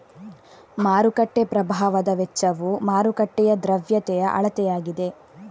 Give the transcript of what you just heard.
ಮಾರುಕಟ್ಟೆ ಪ್ರಭಾವದ ವೆಚ್ಚವು ಮಾರುಕಟ್ಟೆಯ ದ್ರವ್ಯತೆಯ ಅಳತೆಯಾಗಿದೆ